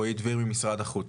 רועי דביר ממשרד החוץ.